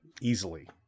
easily